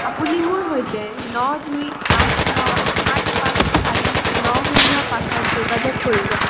আপুনি মোৰ সৈতে ন দুই আঠ ন সাত পাঁচ চাৰি ন শূন্য পাঁচত যোগাযোগ কৰিব পাৰে